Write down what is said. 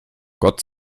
gott